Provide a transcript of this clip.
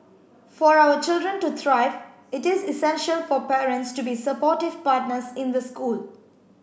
for our children to thrive it is essential for parents to be supportive partners in the school